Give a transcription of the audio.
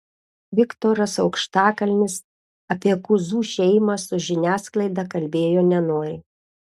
viktoras aukštakalnis apie kuzų šeimą su žiniasklaida kalbėjo nenoriai